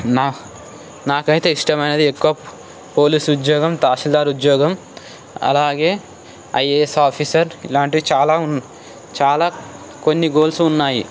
నా నాకైతే ఇష్టమైనది ఎక్కువ పోలీస్ ఉద్యోగం తహసీల్దార్ ఉద్యోగం అలాగే ఐఏఎస్ ఆఫీసర్ ఇలాంటివి చాలా ఉన్నా చాలా కొన్ని గోల్స్ ఉన్నాయి